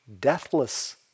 deathless